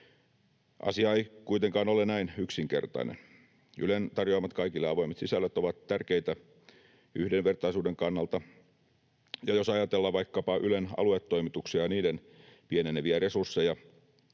Asia ei kuitenkaan ole näin yksinkertainen. Ylen tarjoamat kaikille avoimet sisällöt ovat tärkeitä yhdenvertaisuuden kannalta, ja jos ajatellaan vaikkapa Ylen aluetoimituksia ja niiden pieneneviä resursseja,